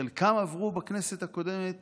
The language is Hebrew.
חלקם עברו בכנסת הקודמת